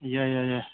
ꯌꯥꯏ ꯌꯥꯏ ꯌꯥꯏ